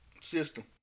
system